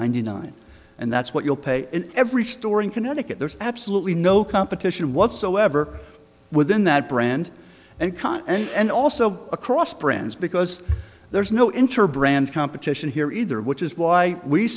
ninety nine and that's what you'll pay in every store in connecticut there's absolutely no competition whatsoever within that brand and con and also across brands because there's no interbrand competition here either which is why we